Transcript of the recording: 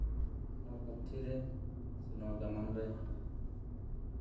ᱱᱚᱣᱟ ᱯᱩᱛᱷᱤᱨᱮ ᱥᱮ ᱱᱚᱣᱟ ᱜᱟᱢᱟᱢ ᱨᱮ